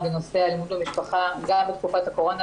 לנושא האלימות במשפחה גם בתקופת הקורונה,